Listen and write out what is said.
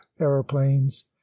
aeroplanes